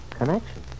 connection